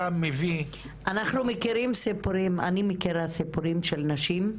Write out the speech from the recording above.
אני מכירה סיפורים של נשים,